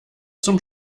zum